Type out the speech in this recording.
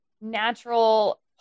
natural